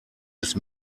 ist